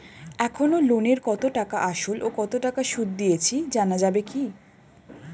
এখনো লোনের কত টাকা আসল ও কত টাকা সুদ দিয়েছি জানা যাবে কি?